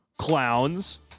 Clowns